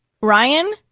Ryan